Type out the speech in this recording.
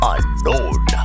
Unknown